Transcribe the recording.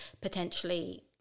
potentially